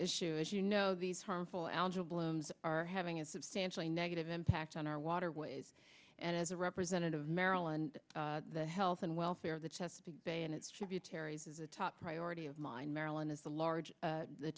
issue as you know these harmful algal blooms are having a substantially negative impact on our waterways and as a representative of maryland the health and welfare of the chesapeake bay and its tributaries is a top priority of mine maryland is a large